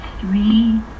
three